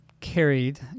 carried